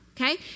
okay